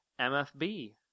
MFB